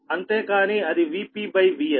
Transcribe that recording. అంతే కానీ అది Vp Vs